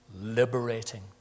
liberating